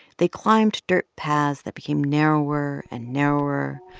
they climbed dirt paths that became narrower and narrower,